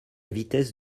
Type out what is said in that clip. vitesse